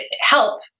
help